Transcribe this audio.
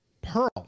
pearl